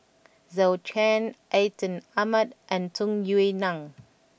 Zhou Can Atin Amat and Tung Yue Nang